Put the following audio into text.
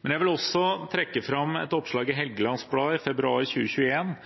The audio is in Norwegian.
Jeg vil også trekke fram et oppslag i Helgelands Blad i februar